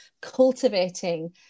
cultivating